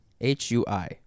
H-U-I